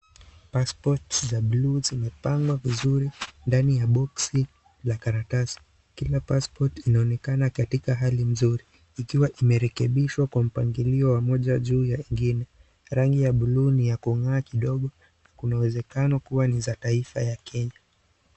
Paspoti za buluu zimepangwa vizuri ndani ya boksi na karatasi. Kila pasipoti inaonekana katika hali nzuri ikiwa imerekebishwa kwa mpangilio wa moja juu ya ingine ,rangi ya bluu ni ya kung'aa kidogo na kuna uwezekano kuwa ni za taifa la Kenya.